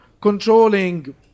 controlling